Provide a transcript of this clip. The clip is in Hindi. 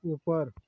ऊपर